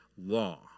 law